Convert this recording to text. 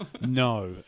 No